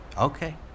Okay